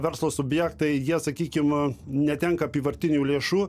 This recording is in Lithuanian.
verslo subjektai jie sakykim netenka apyvartinių lėšų